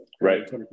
Right